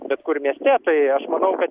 bet kur ne tai aš manau kad